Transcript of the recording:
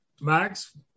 Max